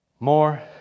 More